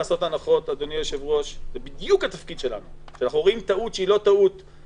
מה לעשות, לא כל יום יש כתב אישום נגד ראש ממשלה.